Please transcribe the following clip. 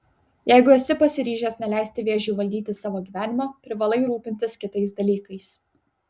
jeigu esi pasiryžęs neleisti vėžiui valdyti savo gyvenimo privalai rūpintis kitais dalykais